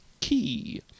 Key